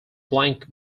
blank